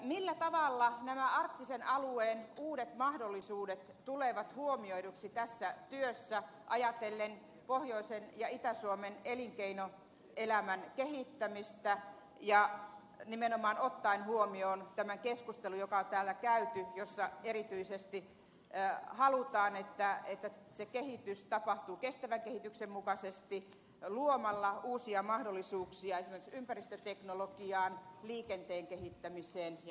millä tavalla nämä arktisen alueen uudet mahdollisuudet tulevat huomioiduksi tässä työssä ajatellen pohjoisen ja itä suomen elinkeinoelämän kehittämistä ja nimenomaan ottaen huomioon tämän keskustelun joka on täällä käyty jossa erityisesti halutaan että se kehitys tapahtuu kestävän kehityksen mukaisesti luomalla uusia mahdollisuuksia esimerkiksi ympäristöteknologiaan liikenteen kehittämiseen ja näin poispäin